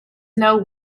know